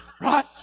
Right